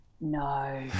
No